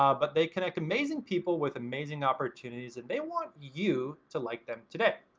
um but they connect amazing people with amazing opportunities. and they want you to like them today.